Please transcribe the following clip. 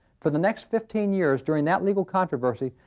for the next fifteen years, during that legal controversy,